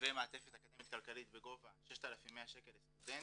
ומעטפת אקדמית כלכלית בגובה 6,100 שקל לסטודנט,